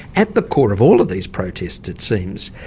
at the core of all of these protests, it seems,